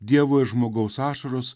dievo ir žmogaus ašaros